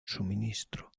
suministro